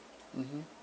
mmhmm